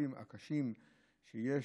החולים הקשים שיש,